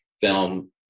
film